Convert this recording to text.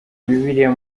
bibiliya